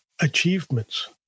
achievements